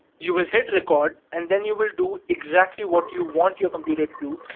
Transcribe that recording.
you will hit record and then you will do exactly what you want your computer to do,